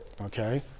okay